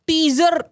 Teaser